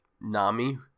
Nami